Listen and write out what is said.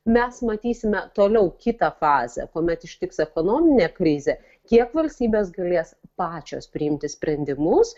mes matysime toliau kitą fazę kuomet ištiks ekonominė krizė kiek valstybės galės pačios priimti sprendimus